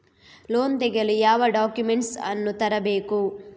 Loan ತೆಗೆಯಲು ಯಾವ documents ಅನ್ನು ತರಬೇಕು?